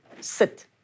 sit